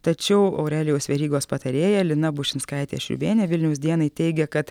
tačiau aurelijaus verygos patarėja lina bušinskaitė širvienė vilniaus dienai teigė kad